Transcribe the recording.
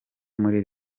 muri